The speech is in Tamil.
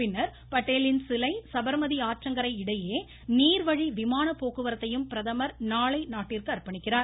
பின்னர் பட்டேலின் சிலை சபர்மதி ஆற்றங்கரை இடையே நீர்வழி விமான போக்குவரத்தையும் பிரதமர் நாளை நாட்டிற்கு அர்ப்பணிக்கிறார்